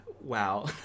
Wow